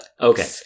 okay